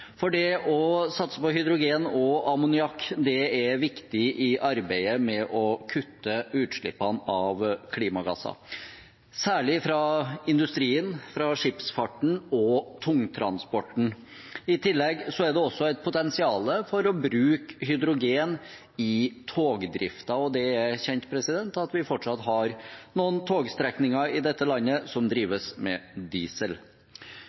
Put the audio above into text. hydrogen. Det å satse på hydrogen og ammoniakk er viktig i arbeidet med å kutte utslippene av klimagasser, særlig fra industrien, skipsfarten og tungtransporten. I tillegg er det også et potensial for å bruke hydrogen i togdriften, og det er kjent at vi fortsatt har noen togstrekninger i dette landet som drives med diesel.